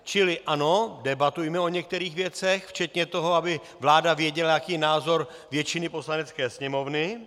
Čili ano, debatujme o některých věcech, včetně toho, aby vláda věděla, jaký je názor většiny Poslanecké sněmovny.